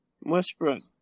Westbrook